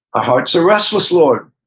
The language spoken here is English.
our hearts are restless lord,